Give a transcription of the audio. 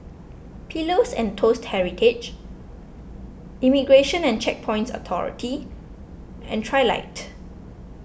Pillows and Toast Heritage Immigration and Checkpoints Authority and Trilight